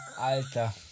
Alter